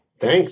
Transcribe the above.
Thanks